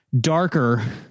darker